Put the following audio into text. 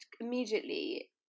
immediately